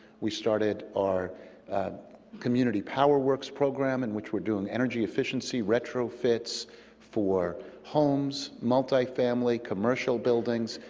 we started our community power works program in which we're doing energy efficiency retrofits for homes, multifamily, commercial buildings,